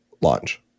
launch